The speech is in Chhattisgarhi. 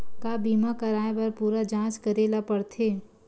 का बीमा कराए बर पूरा जांच करेला पड़थे?